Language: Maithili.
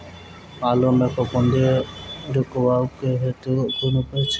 आलु मे फफूंदी रुकबाक हेतु कुन उपाय छै?